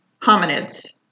hominids